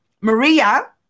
Maria